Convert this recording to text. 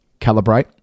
calibrate